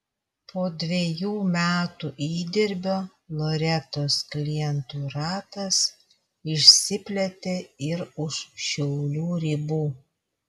po dvejų metų įdirbio loretos klientų ratas išsiplėtė ir už šiaulių ribų